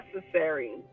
necessary